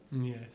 Yes